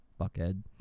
fuckhead